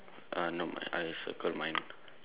uh not much I circled mine